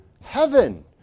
heaven